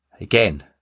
Again